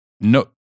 No